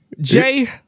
Jay